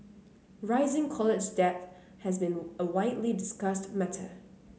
rising college debt has been a widely discussed matter